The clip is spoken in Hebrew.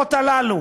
בנסיבות הללו,